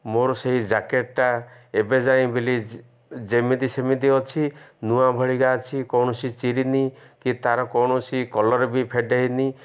ମୋର ସେଇ ଜ୍ୟାକେଟ୍ଟା ଏବେ ଯାଇଁ ବୋଲି ଯେମିତି ସେମିତି ଅଛି ନୂଆ ଭଳିିକା ଅଛି କୌଣସି ଚିରିନି କି ତା'ର କୌଣସି କଲର୍ ବି ଫେଡ଼୍ ହେଇନି